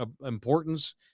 importance